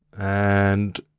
and